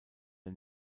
der